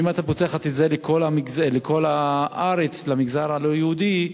אם את פותחת את זה לכל הארץ למגזר הלא-יהודי,